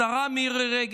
השרה מירי רגב.